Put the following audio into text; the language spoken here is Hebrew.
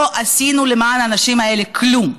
לא עשינו למען האנשים האלה כלום.